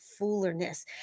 foolerness